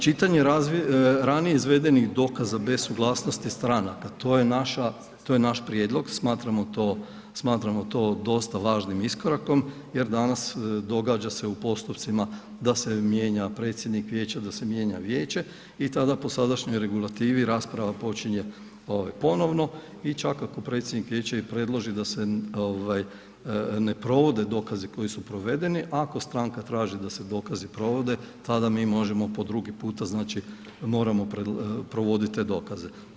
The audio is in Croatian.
Čitanje ranije izvedenih dokaza bez suglasnosti stranaka, to je naš prijedlog, smatramo to dosta važnim iskorakom jer danas događa se u postupcima da se mijenja predsjednik vijeća, da se mijenja vijeće i tada po sadašnjoj regulativi rasprava počinje ponovno i čak ako predsjednik vijeća i predloži da se ne provode dokazi koji su provedeni ako stranka traži da se dokazi provode tada mi možemo po drugi puta moramo provoditi te dokaze.